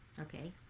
okay